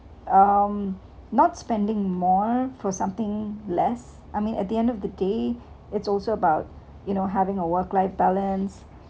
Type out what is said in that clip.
um not spending more for something less I mean at the end of the day it's also about you know having a work life balance